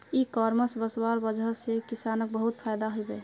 इ कॉमर्स वस्वार वजह से किसानक बहुत फायदा हबे